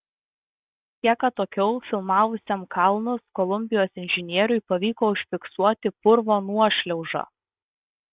kiek atokiau filmavusiam kalnus kolumbijos inžinieriui pavyko užfiksuoti purvo nuošliaužą